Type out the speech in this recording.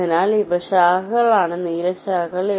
അതിനാൽ ഇവ ശാഖകളാണ് നീല ശാഖകൾ